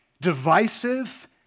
divisive